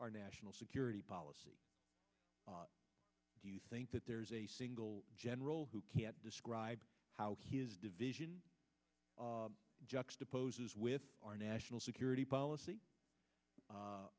our national security policy do you think that there's a single general who can't describe how his division juxtaposes with our national security policy